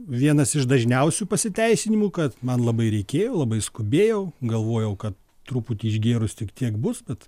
vienas iš dažniausių pasiteisinimų kad man labai reikėjo labai skubėjau galvojau kad truputį išgėrus tik tiek bus bet